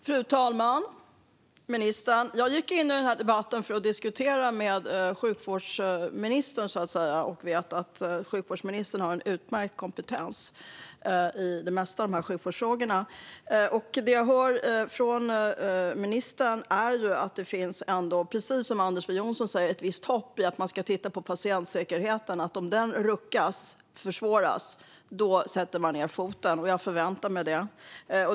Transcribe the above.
Fru talman! Jag gick in i den här debatten för att diskutera med sjukvårdsministern, och jag vet att sjukvårdsministern har utmärkt kompetens i de flesta av sjukvårdsfrågorna. Det finns ett hopp i det vi hör från ministern, precis som Anders W Jonsson säger. Man ska titta på patientsäkerheten, och om den ruckas eller försvåras sätter man ned foten. Jag förväntar mig det.